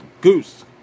Goose